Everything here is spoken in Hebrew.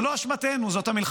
זו לא אשמתנו, זאת המלחמה.